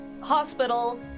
hospital